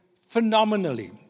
phenomenally